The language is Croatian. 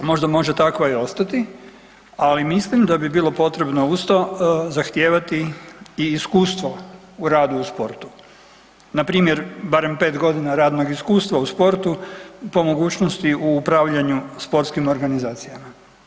Možda može takva i ostati, ali mislim da bi bilo potrebno uz to zahtijevati i iskustvo u radu u sportu npr. barem 5 godina radnog iskustava u sportu po mogućnosti u upravljanju sportskim organizacijama.